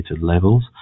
levels